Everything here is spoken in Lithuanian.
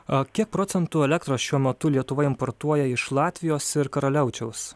a kiek procentų elektros šiuo metu lietuva importuoja iš latvijos ir karaliaučiaus